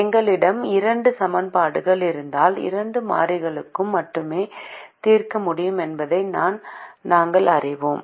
எங்களிடம் இரண்டு சமன்பாடுகள் இருந்தால் இரண்டு மாறிகளுக்கு மட்டுமே தீர்க்க முடியும் என்பதையும் நாங்கள் அறிவோம்